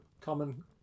common